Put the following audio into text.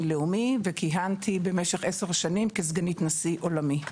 לאומי וכיהנתי במשך 10 שנים כסגנית נשיא עולמי.